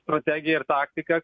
strategija ir taktika